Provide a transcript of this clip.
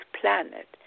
planet